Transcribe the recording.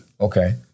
Okay